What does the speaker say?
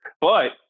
But-